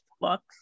books